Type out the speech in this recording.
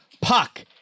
Puck